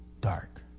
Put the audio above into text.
dark